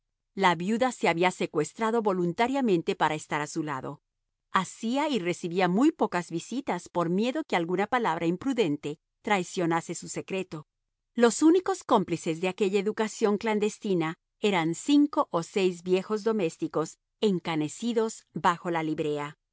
la viuda se había secuestrado voluntariamente para estar a su lado hacía y recibía muy pocas visitas por miedo que alguna palabra imprudente traicionase su secreto los únicos cómplices de aquella educación clandestina eran cinco o seis viejos domésticos encanecidos bajo la librea